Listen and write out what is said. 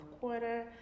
quarter